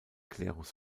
klerus